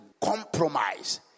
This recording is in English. compromise